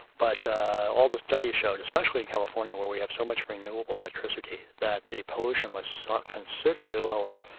but all the studies showed, especially in california where we have so much renewable electricity that the pollution was so considerably lower,